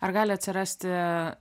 ar gali atsirasti